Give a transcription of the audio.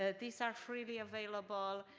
these are freely available.